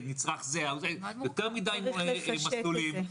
יותר מדי מסלולים,